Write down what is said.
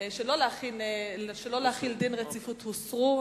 שלא להחיל דין רציפות הוסרו,